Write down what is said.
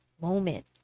moment